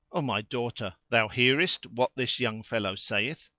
o my daughter, thou hearest what this young fellow saith?